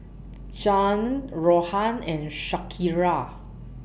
Zhane Rohan and Shakira